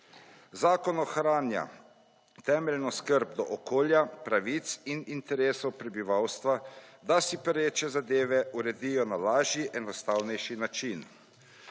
Zakon ohranja temeljno skrb do okolja, pravic in interesov prebivalstva, da si pereče zadeve uredijo na lažji, enostavnejši način.